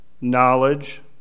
knowledge